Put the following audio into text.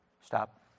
Stop